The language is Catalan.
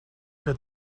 que